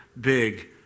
big